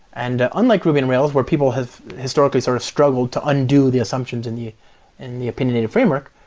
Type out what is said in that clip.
and ah unlike ruby on rails where people have historically sort of struggled to undo the assumptions and the and the opinionated framework,